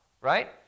right